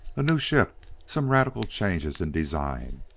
a new ship some radical changes in design.